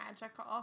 magical